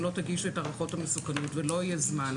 לא תגישו את הערכות המסוכנות ולא יהיה זמן,